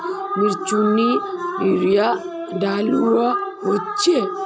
मिर्चान यूरिया डलुआ होचे?